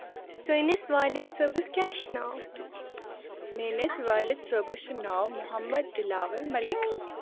چٲنس والد صٲبس کیاہ چھُ ناو میٲنس والد صٲبس چھُ ناو محمد دِلاور مٔلِک